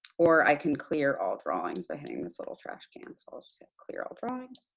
or i can clear all drawings by hitting this little trashcan, so i'll just hit clear all drawings.